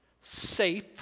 safe